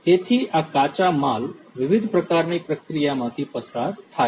તેથી આ કાચા માલ વિવિધ પ્રકારની પ્રક્રિયામાંથી પસાર થાય છે